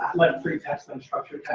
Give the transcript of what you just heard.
like free text, and unstructured